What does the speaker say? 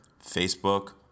Facebook